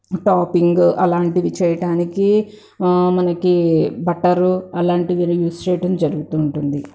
topping అలాంటివి చేయటానికి మనకి బట్టరు అలాంటివి యూస్ చేయడం జరుగుతూ ఉంటుంది